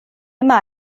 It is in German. immer